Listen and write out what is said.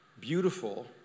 beautiful